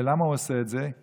ולמה הוא עושה את זה?